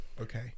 Okay